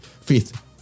Faith